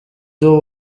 doe